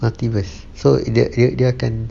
multiverse so dia dia akan